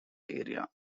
area